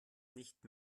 nicht